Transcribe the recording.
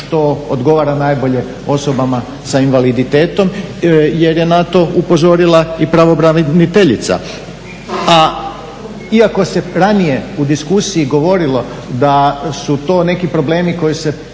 što odgovara najbolje osobama sa invaliditetom jer je na to upozorila i pravobranitelja. A iako se ranije u diskusiji govorilo da su to neki problemi koji se